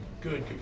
Good